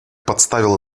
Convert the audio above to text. подставила